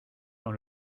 dans